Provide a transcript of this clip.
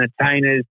entertainers